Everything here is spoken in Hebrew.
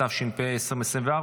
התשפ"ה 2024,